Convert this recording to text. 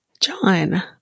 John